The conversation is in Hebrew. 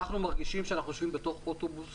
אנחנו מרגישים שאנחנו יושבים בתוך אוטובוס